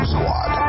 Squad